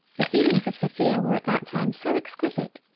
the feelings of sophia were at that time so exquisite,